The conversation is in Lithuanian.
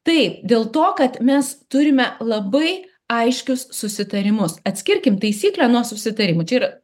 taip dėl to kad mes turime labai aiškius susitarimus atskirkim taisyklę nuo susitarimų čia yra